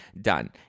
Done